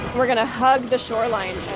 we're going to hug the shoreline